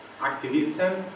activism